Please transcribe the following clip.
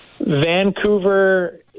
Vancouver